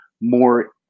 more